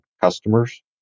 customers